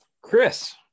Chris